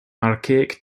archaic